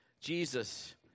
Jesus